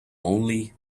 only